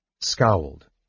scowled